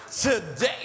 Today